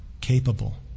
capable